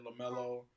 LaMelo